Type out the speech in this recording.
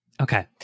Okay